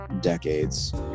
decades